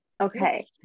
okay